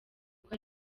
uko